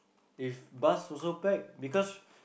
if bus also packed because